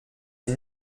est